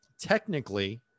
technically